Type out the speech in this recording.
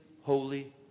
holy